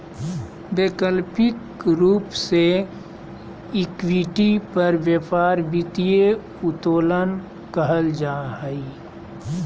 वैकल्पिक रूप से इक्विटी पर व्यापार वित्तीय उत्तोलन कहल जा हइ